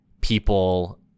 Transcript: people